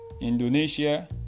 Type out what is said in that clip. indonesia